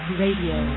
radio